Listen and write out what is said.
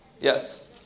Yes